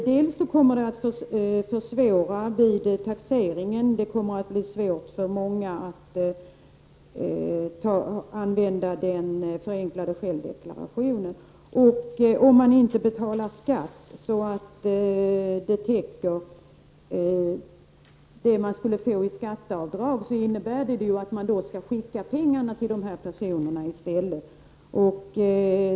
Det kommer att försvåra vid taxeringen, och det blir svårt för många att använda den förenklade självdeklarationen. Om man inte betalar så mycket skatt att det täcker det skatteavdrag man skulle få göra, innebär det att pengarna i stället måste skickas.